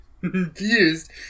confused